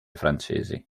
francesi